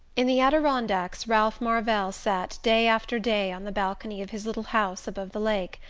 in the adirondacks ralph marvell sat day after day on the balcony of his little house above the lake,